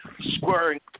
squaring